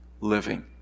living